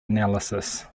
analysis